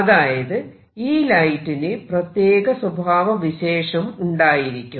അതായത് ഈ ലൈറ്റിന് പ്രത്യേക സ്വഭാവവിശേഷം ഉണ്ടായിരിക്കും